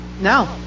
No